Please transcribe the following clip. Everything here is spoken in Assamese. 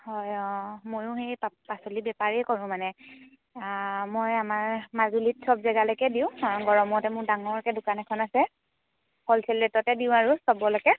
হয় অঁ ময়ো সেই পাচলিৰ বেপাৰেই কৰোঁ মানে মই আমাৰ মাজুলীত চব জেগালৈকে দিওঁ গৰমতে মোৰ ডাঙৰকৈ দোকান এখন আছে হ'লচেল ৰেটতে দিওঁ আৰু চবলৈকে